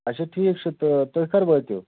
اَچھا ٹھیٖک چھُ تہٕ تُہۍ کر وٲتِو